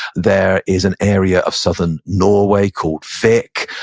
there is an area of southern norway called flekke.